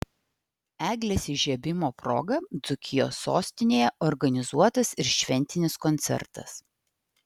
eglės įžiebimo proga dzūkijos sostinėje organizuotas ir šventinis koncertas